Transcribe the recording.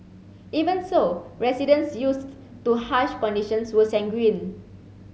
even so residents used to harsh conditions were sanguine